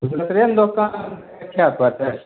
नहि दोकानके देखाए पड़तै